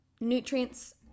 nutrients